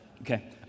Okay